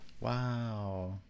Wow